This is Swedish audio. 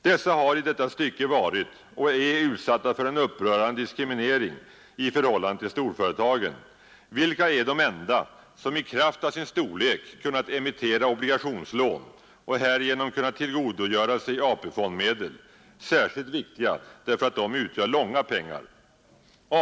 Dessa har i detta stycke varit och är utsatta för en upprörande diskriminering i förhållande till storföretagen, vilka är de enda som i kraft av sin storlek kunnat emittera obligationslån och härigenom kunnat tillgodogöra sig AP-fondsmedel, särskilt viktiga därför att de utgör långa pengar.